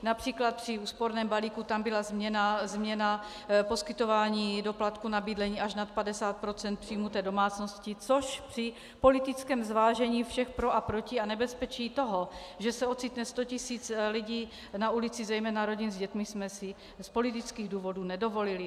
Například při úsporném balíku tam byla změna poskytování doplatku na bydlení až nad 50 % příjmů té domácnosti, což při politickém zvážení všech pro a proti a nebezpečí toho, že se ocitne 100 tisíc lidí na ulici, zejména rodin s dětmi, jsme si z politických důvodů nedovolili.